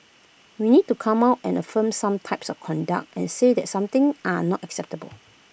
we need to come out and affirm some types of conduct and say that some things are not acceptable